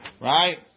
Right